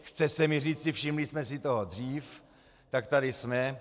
Chce se mi říci, všimli jsme si toho dřív, tak tady jsme.